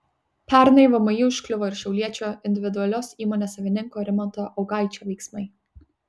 pernai vmi užkliuvo ir šiauliečio individualios įmonės savininko rimanto augaičio veiksmai